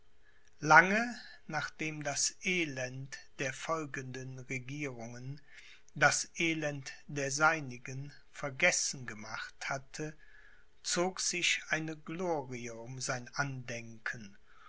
lange nachdem das elend der folgenden regierungen das elend der seinigen vergessen gemacht hatte zog sich eine glorie um sein andenken